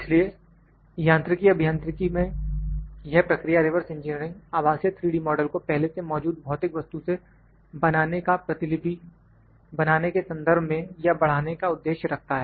इसलिए यांत्रिकी अभियांत्रिकी में यह प्रक्रिया रिवर्स इंजीनियरिंग आभासीय 3D मॉडल को पहले से मौजूद भौतिक वस्तु से बनाने का प्रतिलिपि बनाने के संदर्भ में या बढ़ाने का उद्देश्य रखता है